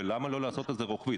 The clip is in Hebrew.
ולמה לא לעשות את זה רוחבית?